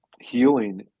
healing